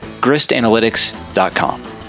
GristAnalytics.com